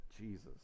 Jesus